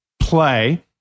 play